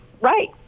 Right